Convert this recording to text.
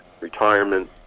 Retirement